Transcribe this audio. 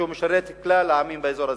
שמשרת את כלל העמים באזור הזה.